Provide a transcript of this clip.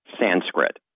Sanskrit